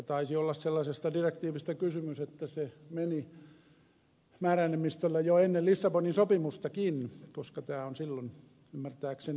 taisi olla sellaisesta direktiivistä kysymys että se meni määräenemmistöllä jo ennen lissabonin sopimustakin koska tämä on silloin ymmärtääkseni hyväksytty